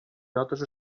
notes